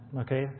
okay